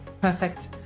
Perfect